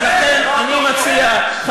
זה לא דומה.